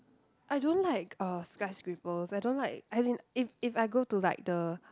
I don't like uh skyscrapers I don't like as in if if I go to like the